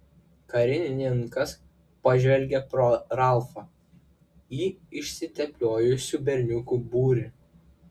karininkas pažvelgė pro ralfą į išsitepliojusių berniukų būrį